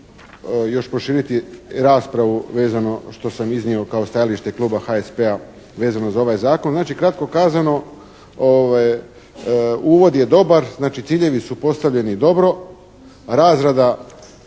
još proširiti raspravu vezano što sam iznio kao stajalište Kluba HSP-a vezano za ovaj zakon. Znači, kratko kazano uvod je dobar. Znači, ciljevi su postavljeni dobro, razrada